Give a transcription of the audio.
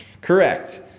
Correct